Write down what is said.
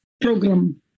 program